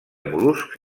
mol·luscs